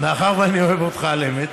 מאחר שאני אוהב אותך על אמת,